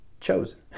chosen